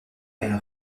elle